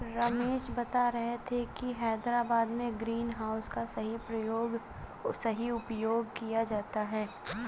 रमेश बता रहे थे कि हैदराबाद में ग्रीन हाउस का सही उपयोग किया जाता है